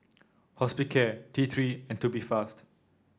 Hospicare T Three and Tubifast